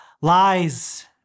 lies